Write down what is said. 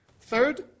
Third